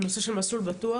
בנושא של מסלול בטוח,